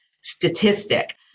statistic